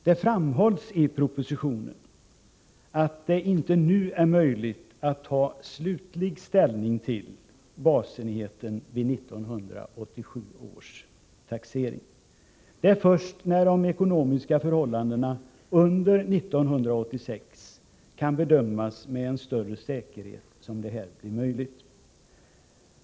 Det framhålls i propositionen att det inte nu är möjligt att ta slutlig ställning beträffande basenheten vid 1987 års taxering. Det är först när de ekonomiska förhållandena under 1986 med större säkerhet kan bedömas som det här blir möjligt.